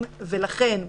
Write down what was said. בבקשה.